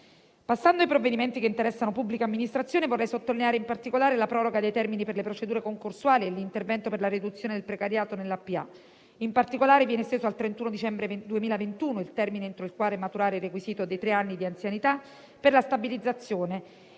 Passando ai provvedimenti che interessano la pubblica amministrazione, vorrei sottolineare in particolare la proroga dei termini per le procedure concorsuali e l'intervento per la riduzione del precariato nella pubblica amministrazione. In particolare, viene esteso al 31 dicembre 2021 il termine entro il quale maturare il requisito dei tre anni di anzianità per la stabilizzazione